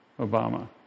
Obama